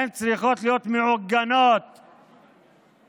הן צריכות להיות מעוגנות ושמורות,